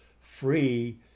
free